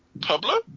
Pablo